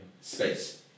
Space